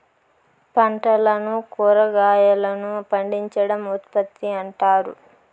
పంటలను కురాగాయలను పండించడం ఉత్పత్తి అంటారు